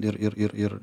ir ir ir